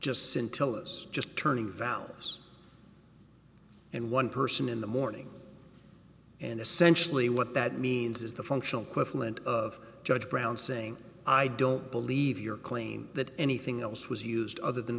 just sent telus just turning valves and one person in the morning and essentially what that means is the functional equivalent of judge brown saying i don't believe your claim that anything else was used other than